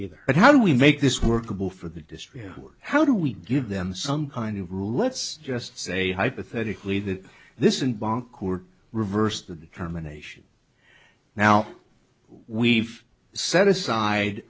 either but how do we make this workable for the district or how do we give them some kind of rule let's just say hypothetically that this in bangkok were reversed with determination now we've set aside